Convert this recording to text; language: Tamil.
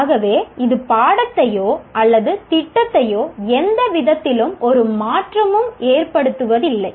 ஆகவே இது பாடத்தையோ அல்லது திட்டத்தையோ எந்த விதத்திலும் ஒரு மாற்றமும் ஏற்படுத்துவதில்லை